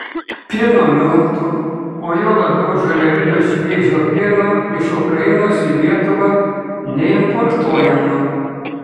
pieno miltų o juo labiau žaliavinio šviežio pieno iš ukrainos į lietuvą neimportuojama